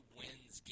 wins